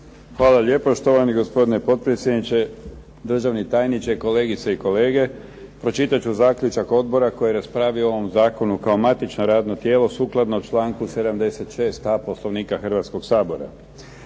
Hvala lijepo. Štovani gospodine potpredsjedniče, državni tajniče, kolegice i kolege. Pročitat ću zaključak odbora koji je raspravi o ovom zakonu kao matično radno tijelo sukladno članku 76. a Poslovnika Hrvatskog sabora.